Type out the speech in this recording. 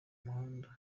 muhanda